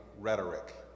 rhetoric